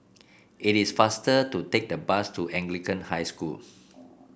it is faster to take the bus to Anglican High School